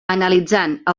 analitzant